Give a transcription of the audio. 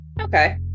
okay